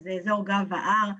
שזה אזור גב ההר.